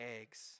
eggs